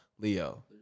Leo